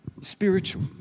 Spiritual